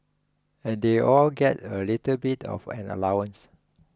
and they all get a little bit of an allowance